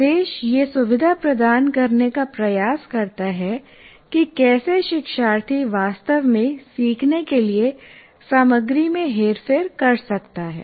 निर्देश यह सुविधा प्रदान करने का प्रयास करता है कि कैसे शिक्षार्थी वास्तव में सीखने के लिए सामग्री में हेरफेर कर सकता है